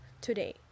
today